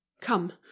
Come